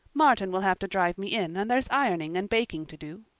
martin will have to drive me in and there's ironing and baking to do.